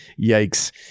Yikes